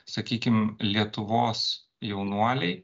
sakykim lietuvos jaunuoliai